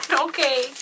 Okay